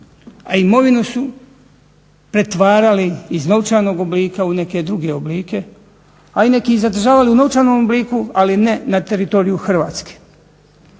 a imovinu su pretvarali iz novčanog oblika u neke druge oblike, a i neki ih zadržavali u novčanom obliku, ali ne na teritoriju Hrvatske.